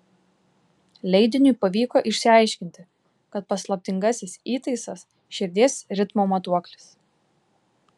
leidiniui pavyko išsiaiškinti kad paslaptingasis įtaisas širdies ritmo matuoklis